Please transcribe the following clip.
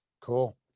Cool